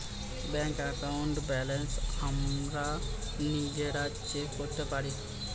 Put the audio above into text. bank অ্যাকাউন্টের balance আমরা নিজেরা চেক করতে পারি